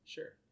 Sure